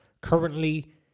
currently